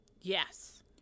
Yes